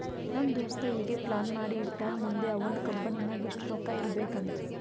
ನಮ್ ದೋಸ್ತ ಈಗೆ ಪ್ಲಾನ್ ಮಾಡಿ ಇಟ್ಟಾನ್ ಮುಂದ್ ಅವಂದ್ ಕಂಪನಿ ನಾಗ್ ಎಷ್ಟ ರೊಕ್ಕಾ ಇರ್ಬೇಕ್ ಅಂತ್